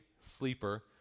sleeper